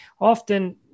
often